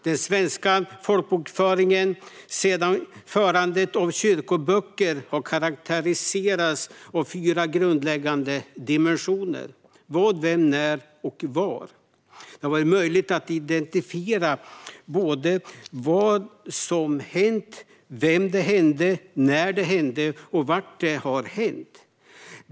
Den svenska folkbokföringen har sedan förandet av kyrkoböcker karakteriserats av fyra grundläggande dimensioner: vad, vem, när och var. Det har varit möjligt att identifiera vad som hänt, vem det hände, när det hände och var det hände.